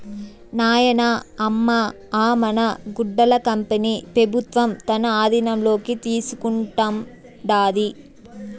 నాయనా, అమ్మ అ మన గుడ్డల కంపెనీ పెబుత్వం తన ఆధీనంలోకి తీసుకుంటాండాది